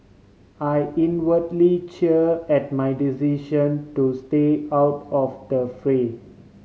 I inwardly cheer at my decision to stay out of the fray